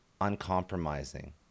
uncompromising